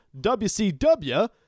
WCW